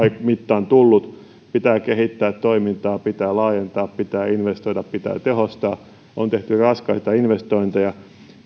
mittaan tullut pitää kehittää toimintaa pitää laajentaa pitää investoida pitää tehostaa on tehty raskaita investointeja